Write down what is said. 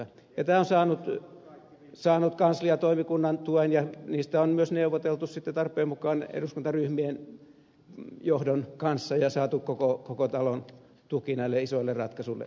ja tämä on saanut kansliatoimikunnan tuen ja niistä on myös neuvoteltu sitten tarpeen mukaan eduskuntaryhmien johdon kanssa ja saatu koko talon tuki näille isoille ratkaisuille